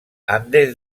andes